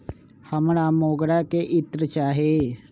हमरा मोगरा के इत्र चाही